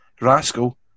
Rascal